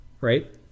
right